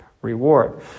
Reward